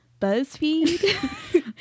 buzzfeed